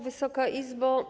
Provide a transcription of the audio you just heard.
Wysoka Izbo!